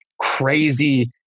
crazy